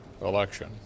election